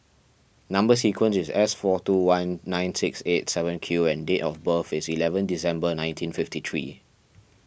Number Sequence is S four two one nine six eight seven Q and date of birth is eleven December nineteen fifty three